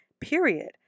period